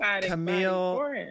Camille